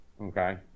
Okay